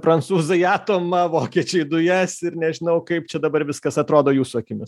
prancūzai atomą vokiečiai dujas ir nežinau kaip čia dabar viskas atrodo jūsų akimis